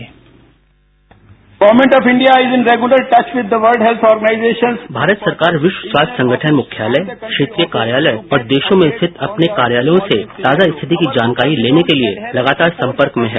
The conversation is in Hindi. साउंड बाईट भारत सरकार विश्व स्वास्थ्य संगठन मुख्यालय क्षेत्रीय कार्यालय और देशों में स्थित अपने कार्यालयों से ताजा स्थिति की जानकारी लेने के लिए लगातार संपर्क में है